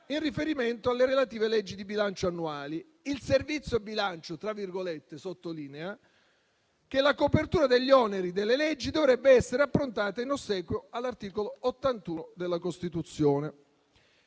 riferimento alle relative leggi di bilancio annuali». Il Servizio bilancio sottolinea che la copertura degli oneri delle leggi dovrebbe essere approntata in ossequio all'articolo 81 della Costituzione,